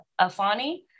Afani